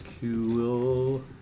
Cool